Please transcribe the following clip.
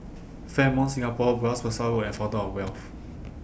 Fairmont Singapore Bras Basah Road and Fountain of Wealth